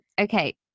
Okay